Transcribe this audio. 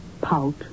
Pout